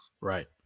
Right